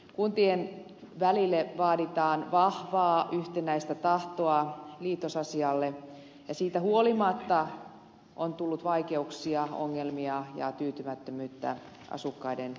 kuntien välille vaaditaan vahvaa yhtenäistä tahtoa liitosasialle ja siitä huolimatta on tullut vaikeuksia ongelmia ja tyytymättömyyttä asukkaiden kanssa